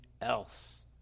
else